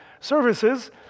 services